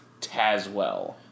Tazwell